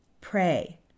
Pray